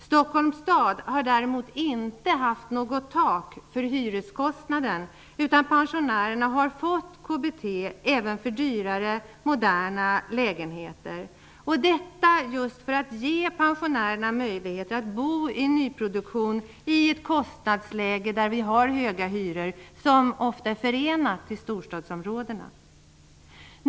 Stockholm stad har däremot inte haft något tak för hyreskostnaden, utan pensionärerna har fått KBT även för dyrare, moderna lägenheter. Detta just för att ge pensionärerna möjligheter att bo i nyproduktion i ett kostnadsläge där vi har höga hyror, vilket ofta är fallet i storsstadsområdena.